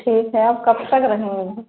ठीक है आप कब तक रहेंगे